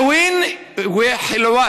אדוני, (אומר בערבית: